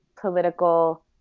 political